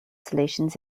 solutions